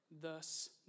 thus